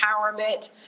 empowerment